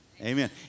Amen